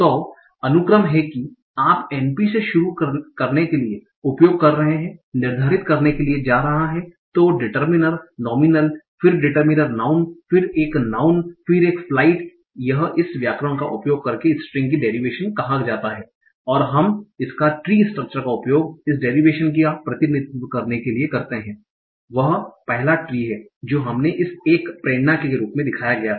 तो अनुक्रम है कि आप NP से शुरू करने के लिए उपयोग कर रहे हैं निर्धारित करने के लिए जा रहा है तो डिटर्मिनर नोमीनल फिर डिटर्मिनर नाउँन फिर एक नाउँन फिर एक फ्लाइट यह इस व्याकरण का उपयोग करके स्ट्रिंग की डेरिवेशन कहा जाता है और हम इसका ट्री स्ट्रक्चर का उपयोग इस डेरिवेशन का प्रतिनिधित्व करने के लिए करते है वह पहला ट्री हैं जो हमने एक प्रेरणा के रूप में दिखाया था